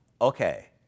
okay